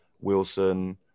Wilson